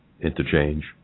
interchange